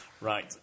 Right